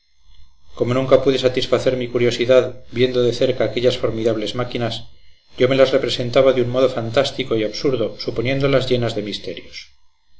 como nunca pude satisfacer mi curiosidad viendo de cerca aquellas formidables máquinas yo me las representaba de un modo fantástico y absurdo suponiéndolas llenas de misterios